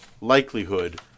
likelihood